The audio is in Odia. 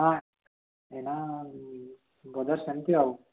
ହଁ ଏଇନା ବଜାର ସେମିତି ଆଉ